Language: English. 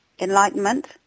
enlightenment